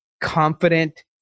confident